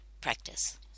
practice